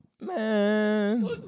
Man